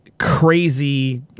Crazy